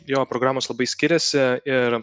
jo programos labai skiriasi ir